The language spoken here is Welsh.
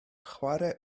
chwarae